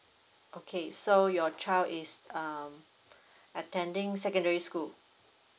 okay so your child is um attending secondary school